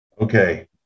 Okay